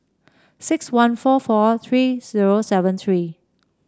six one four four three zero seven three